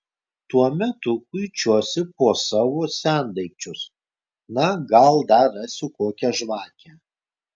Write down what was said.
tuo metu kuičiuosi po savo sendaikčius na gal dar rasiu kokią žvakę